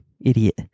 idiot